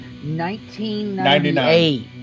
1998